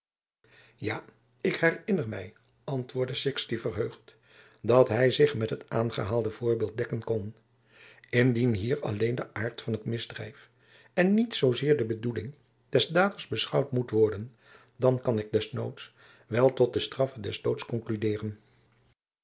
ja ik herinner het my antwoordde sixti verheugd dat hy zich met het aangehaalde voorbeeld dekken kon indien hier alleen de aart van het misdrijf en niet zoo zeer de bedoeling des daders beschouwd moet worden dan kan ik des noods wel tot de straffe